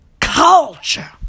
Culture